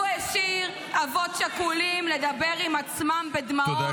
הוא השאיר אבות שכולים לדבר עם עצמם בדמעות -- תודה,